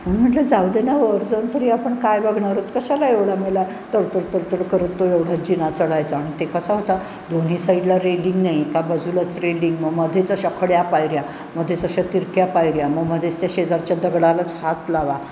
मी म्हटलं जाऊ दे ना वर जाऊन तरी आपण काय बघणार आहोत कशाला एवढा मेला तड तड तड तड करत तो एवढा जिना चढायचा आणि ते कसा होता दोन्ही साईडला रेलिंग नाही एका बाजूलाच रेलिंग मग मध्येच अशा खड्या पायऱ्या मध्येच अशा तिरक्या पायऱ्या मग मध्येच त्या शेजारच्या दगडालाच हात लावा